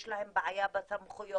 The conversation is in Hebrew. יש להן בעיה בסמכויות,